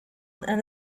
and